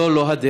זו לא הדרך.